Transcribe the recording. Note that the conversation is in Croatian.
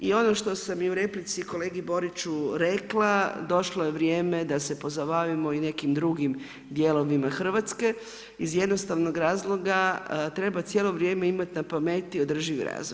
I ono što sam i u replici kolegi Boriću rekla došlo je vrijeme da se pozabavimo i nekim drugim dijelovima Hrvatske iz jednostavnog razloga treba cijelo vrijeme imati na pameti održivi razvoj.